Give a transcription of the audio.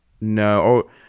No